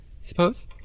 suppose